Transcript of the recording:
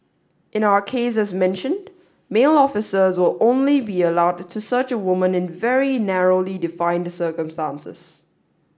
in our case as mentioned male officers will only be allowed to search a woman in very narrowly defined circumstances